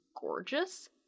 gorgeous